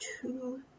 two